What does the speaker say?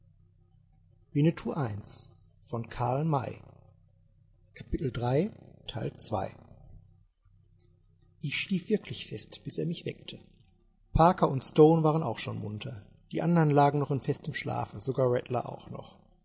ich schlief wirklich fest bis er mich weckte parker und stone waren auch schon munter die andern lagen noch im festen schlafe sogar rattler auch noch